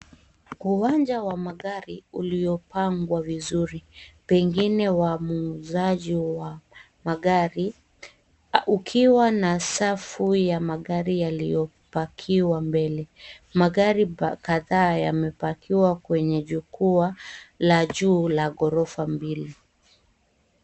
Uwanja wa magari uliopangwa vizuri pengine wauzaji wa magari ukiwa na safu ya magari yaliyopakiwa mbele, magari kadhaa yepakiwa kwenye jukwaa la juu la ghorofa mbili.